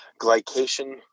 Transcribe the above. glycation